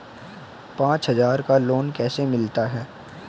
पचास हज़ार का लोन कैसे मिलता है?